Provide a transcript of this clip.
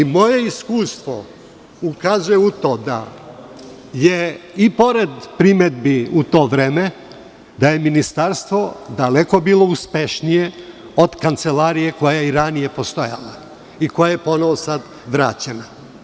Moje iskustvo ukazuje da je i pored primedbi u to vreme, da je ministarstvo daleko bilo uspešnije od kancelarije koja je i ranije postojala i koja je sada ponovo vraćena.